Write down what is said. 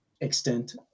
extent